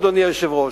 אדוני היושב-ראש: